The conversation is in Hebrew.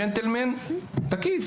ג'נטלמן תקיף,